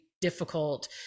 difficult